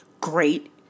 great